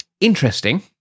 interesting